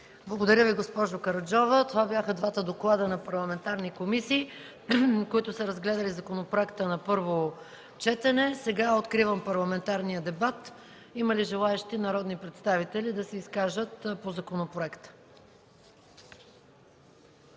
Благодаря Ви, госпожо Караджова. Това бяха двата доклада на парламентарни комисии, които са разгледали законопроекта на първо четене. Откривам парламентарния дебат. Има ли желаещи народни представители да се изкажат по законопроекта?